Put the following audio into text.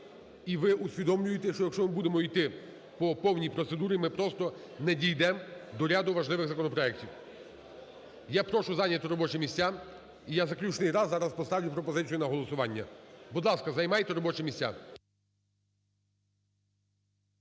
і ви усвідомлюєте, що якщо ми будемо іти по повній процедурі, ми просто не дійдемо до ряду важливих законопроектів. Я прошу зайняти робочі місця. І я заключний раз зараз поставлю пропозицію на голосування. Будь ласка, займайте робочі місця.